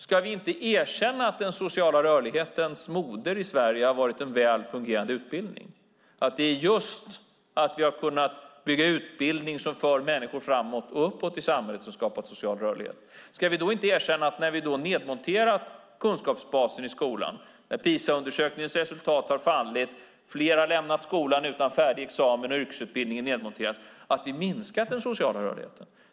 Ska vi inte erkänna att den sociala rörlighetens moder i Sverige har varit en väl fungerande utbildning, att det just är det att vi har kunnat bygga ut utbildning som för människor framåt och uppåt i samhället som skapat social rörlighet? Ska vi inte erkänna att när vi nedmonterat kunskapsbasen i skolan, när resultaten enligt PISA-undersökningen har fallit, när fler har lämnat skolan utan färdig examen och när yrkesutbildningen är nedmonterad har vi minskat den sociala rörligheten?